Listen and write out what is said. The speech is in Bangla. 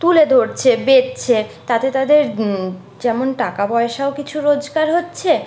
তুলে ধরছে বেচছে তাতে তাদের যেমন টাকা পয়সাও কিছু রোজগার হচ্ছে